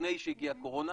לפני שהגיעה הקורונה,